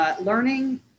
learning